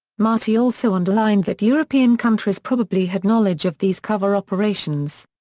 marty also underlined that european countries probably had knowledge of these covert operations.